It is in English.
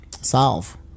solve